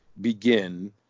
begin